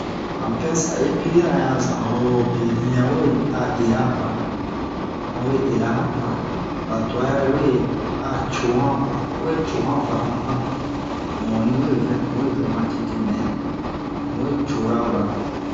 Han pinse-a-epilera yan zan oro benɛ yan we a era vara han we era han vara han twa yɛrɛ we a co han kwa awe co han vara ma han mu onni we vɛ mu we vɛ ma tete mɛ mu we cora vara